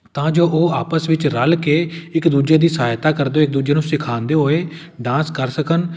ਤਾਂ ਜੋ ਉਹ ਆਪਸ ਵਿੱਚ ਰਲ਼ ਕੇ ਇੱਕ ਦੂਜੇ ਦੀ ਸਹਾਇਤਾ ਕਰਦੇ ਹੋਏ ਇੱਕ ਦੂਜੇ ਨੂੰ ਸਿਖਾਉਂਦੇ ਹੋਏ ਡਾਂਸ ਕਰ ਸਕਣ